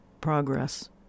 progress